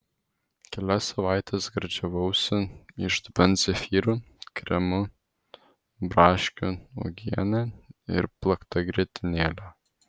kelias savaites gardžiavausi iš dubens zefyrų kremu braškių uogiene ir plakta grietinėle